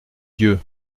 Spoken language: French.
dieu